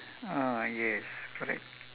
ah yes correct